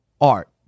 art